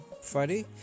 Friday